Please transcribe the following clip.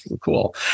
cool